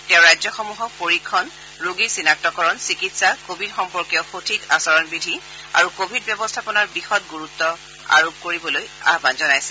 তেওঁ ৰাজ্যসমূহক পৰীক্ষণ ৰোগী চিনাক্তকৰণ চিকিৎসা কোৱিড সম্পৰ্কীয় সঠিক আচৰণ বিধি আৰু কোৱিড ব্যৱস্থাপনাৰ বিশদ গুৰুত্ আৰোপ কৰিবলৈ আহান জনাইছে